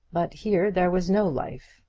but here there was no life.